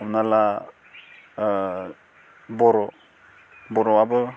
हमना ला बर' बर'आबो